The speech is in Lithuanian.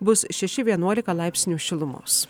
bus šeši vienuolika laipsnių šilumos